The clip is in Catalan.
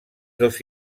dos